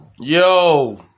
Yo